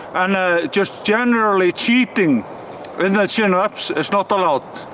and just generally cheating in the chin ups is not allowed.